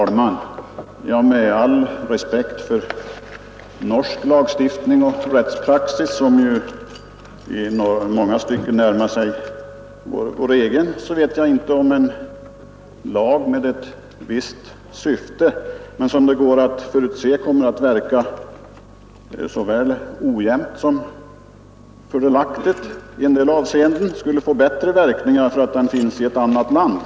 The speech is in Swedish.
Herr talman! Med all respekt för norsk lagstiftning och rättspraxis — i många stycken närmar den sig vår egen — vet jag inte om en lag med ett visst syfte som skulle verka fördelaktigare i vissa avseenden och ofördelaktigare i andra skulle få bättre verkningar enbart därför att den finns i ett annat land.